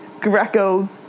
Greco